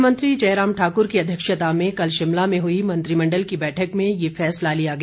मुख्यमंत्री जयराम ठाकुर की अध्यक्षता में कल शिमला में हुई मंत्रिमंडल की बैठक में ये फैसला लिया गया